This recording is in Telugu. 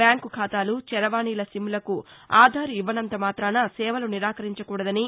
బ్యాంకు ఖాతాలు చరవాణిల సిమ్లకు ఆధార్ ఇవ్వసంత మాతాన సేవలు నిరాకరించకూడదని